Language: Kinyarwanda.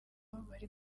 bari